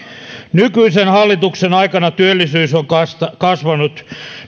nykyisen hallituksen aikana työllisyys on kasvanut kasvanut